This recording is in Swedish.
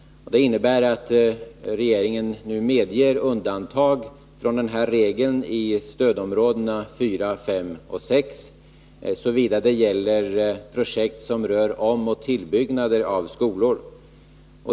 Det innebär att regeringen nu medger undantag från denna regel i stödområdena 4, 5 och 6, såvida det gäller projekt som rör omoch tillbyggnader av skolor.